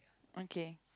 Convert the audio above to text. okay